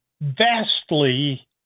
vastly